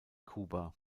kuba